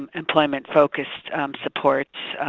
um employment-focused supports,